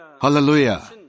Hallelujah